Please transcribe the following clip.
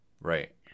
Right